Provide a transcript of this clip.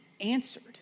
answered